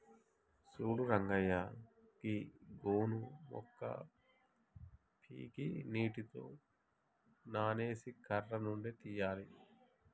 సూడు రంగయ్య గీ గోను మొక్క పీకి నీటిలో నానేసి కర్ర నుండి తీయాలి